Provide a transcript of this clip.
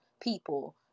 people